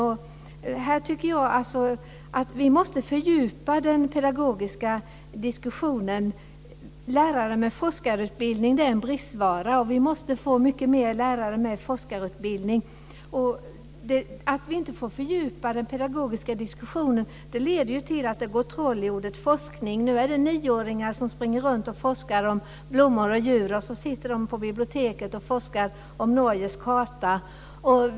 Jag tycker att vi måste fördjupa den pedagogiska diskussionen. Lärare med forskarutbildning är en bristvara. Vi måste få många fler lärare med forskarutbildning. Att vi inte får fördjupa den pedagogiska diskussionen leder ju till att det går troll i ordet forskning. Nu är det nioåringar som springer runt och forskar om blommor och djur. De sitter på biblioteket och forskar om Norges karta.